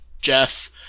Jeff